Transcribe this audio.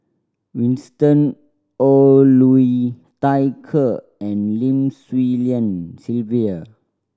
Winston Oh Liu Thai Ker and Lim Swee Lian Sylvia